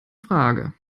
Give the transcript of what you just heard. frage